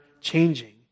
changing